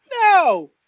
no